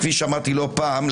כפי שאמרתי לא פעם,